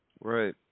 right